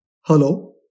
Hello